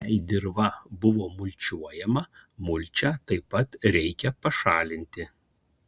jei dirva buvo mulčiuojama mulčią taip pat reikia pašalinti